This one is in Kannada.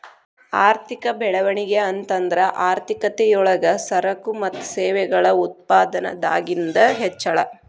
ಆರ್ಥಿಕ ಬೆಳವಣಿಗೆ ಅಂತಂದ್ರ ಆರ್ಥಿಕತೆ ಯೊಳಗ ಸರಕು ಮತ್ತ ಸೇವೆಗಳ ಉತ್ಪಾದನದಾಗಿಂದ್ ಹೆಚ್ಚಳ